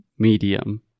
Medium